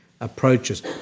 approaches